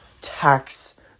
tax